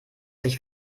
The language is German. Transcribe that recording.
sich